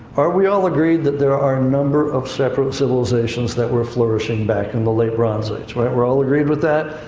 are we all agreed that there are a number of separate civilizations that were flourishing back in the late bronze age? we're all agreed with that?